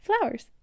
flowers